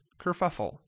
kerfuffle